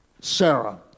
Sarah